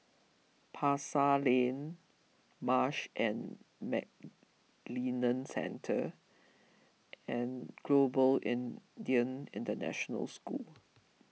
Pasar Lane Marsh and McLennan Centre and Global Indian International School